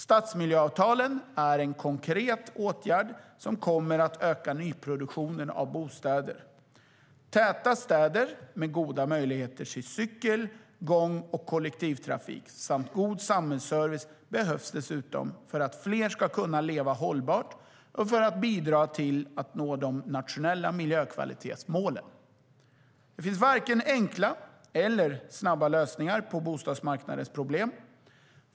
Stadsmiljöavtalen är en konkret åtgärd som kommer att öka nyproduktionen av bostäder. Täta städer med goda möjligheter till cykel, gång och kollektivtrafik samt god samhällsservice behövs dessutom för att fler ska kunna leva hållbart och för att bidra till att nå de nationella miljökvalitetsmålen. Det finns varken enkla eller snabba lösningar på bostadsmarknadens problem.